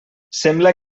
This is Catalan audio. sembla